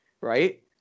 Right